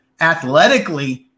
athletically